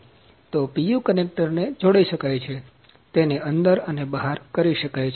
તો PU connector ને જોડી શકાય છે તેને અંદર અને બહાર કરી શકાય છે